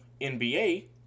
NBA